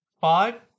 Five